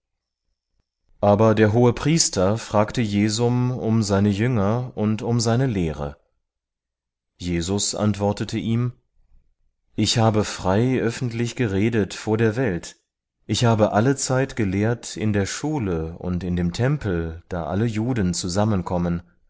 aber der hohepriester fragte jesum um seine jünger und um seine lehre jesus antwortete ihm ich habe frei öffentlich geredet vor der welt ich habe allezeit gelehrt in der schule und in dem tempel da alle juden zusammenkommen